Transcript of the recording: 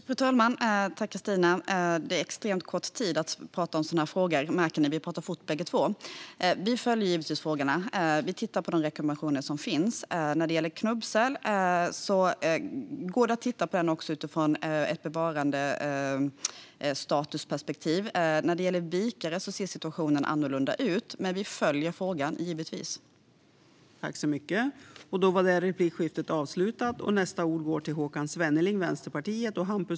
Fru talman! Tack, Kristina! Det märks att vi har extremt kort tid för att prata om dessa frågor, då vi pratar fort bägge två. Vi följer givetvis frågorna och tittar på de rekommendationer som finns. När det gäller knubbsäl går det att titta på den också utifrån ett bevarandestatusperspektiv. När det gäller vikare ser situationen annorlunda ut, men vi följer givetvis frågan.